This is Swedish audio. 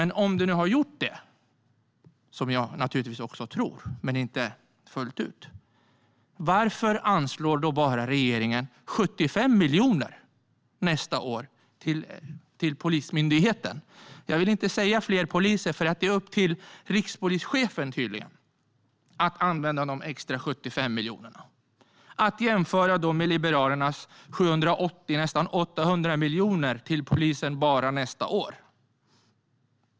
Men om det nu har gjort det, som jag naturligtvis tror men inte fullt ut, undrar jag: Varför anslår regeringen bara 75 miljoner nästa år till Polismyndigheten? Jag vill inte säga att det handlar om fler poliser, för det är upp till rikspolischefen, tydligen, att använda de extra 75 miljonerna. Det kan då jämföras med Liberalernas 780, nästan 800, miljoner till polisen bara nästa år.